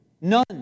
None